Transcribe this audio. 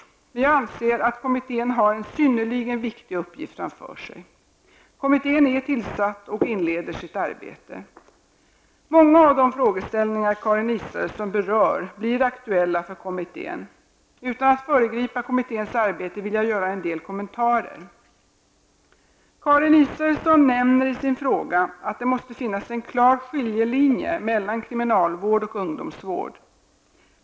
Men jag anser att kommittén har en synnerligen viktig uppgift framför sig. Kommittén är tillsatt och inleder sitt arbete. Många av de frågeställningar Karin Israelsson berör blir aktuella för kommittén. Utan att föregripa kommitténs arbete vill jag göra en del kommentarer. Karin Israelsson nämner i sin fråga att det måste finnas en klar skiljelinje mellan kriminalvård och ungdomsvård.